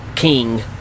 King